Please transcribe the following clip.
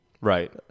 Right